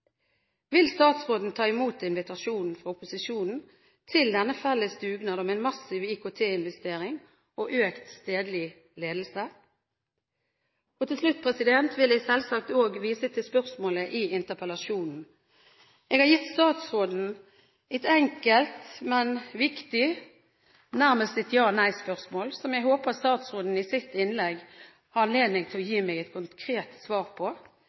Vil statsråden ta imot invitasjonen fra opposisjonen til en felles dugnad om en massiv IKT-investering og økt stedlig ledelse? Til slutt vil jeg selvsagt òg vise til spørsmålet i interpellasjonen. Jeg har her gitt statsråden et enkelt, men viktig spørsmål, nærmest et ja/nei-spørsmål som jeg håper statsråden i sitt innlegg har anledning til å gi meg et konkret svar på